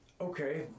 okay